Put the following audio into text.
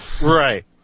right